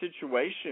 situation